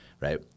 right